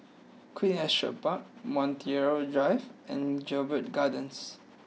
Queen Astrid Park Montreal Drive and Jedburgh Gardens